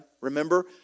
Remember